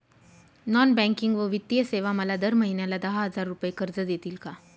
Non banking व वित्तीय सेवा मला दर महिन्याला दहा हजार रुपये कर्ज देतील का?